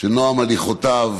שנועם הליכותיו